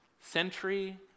Century